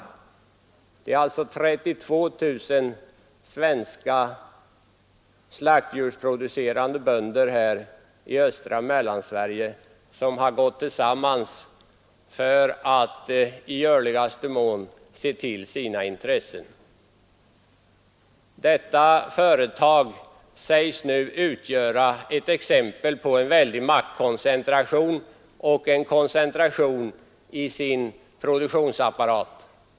Det är alltså 32 000 slaktdjursproducerande bönder i östra Sverige som har gått tillsammans för att i möjligaste mån se till sina intressen. Detta företag sägs nu utgöra ett exempel på en väldig maktkoncentration och en koncentration i sin produktionsapparat.